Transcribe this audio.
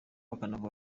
bakanavuga